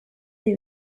dei